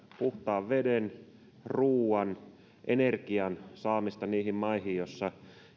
puhtaan veden ruoan ja energian saamista niihin maihin joissa